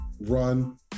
run